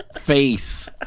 face